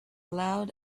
loud